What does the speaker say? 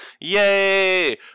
Yay